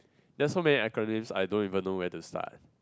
there are so many acronyms I don't even know where to start